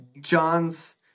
John's